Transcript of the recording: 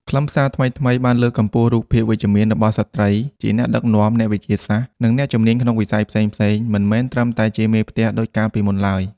ខ្លឹមសារថ្មីៗបានលើកកម្ពស់រូបភាពវិជ្ជមានរបស់ស្ត្រី ជាអ្នកដឹកនាំ អ្នកវិទ្យាសាស្ត្រ ឬអ្នកជំនាញក្នុងវិស័យផ្សេងៗ មិនមែនត្រឹមតែជាមេផ្ទះដូចកាលពីមុនឡើយ។